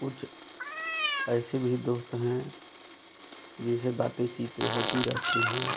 कुछ ऐसे भी दोस्त हैं जिनसे बातें चीतें होती रहती हैं